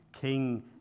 King